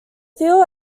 phil